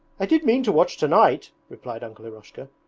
i did mean to watch tonight replied uncle eroshka.